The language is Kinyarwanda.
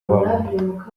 bamwe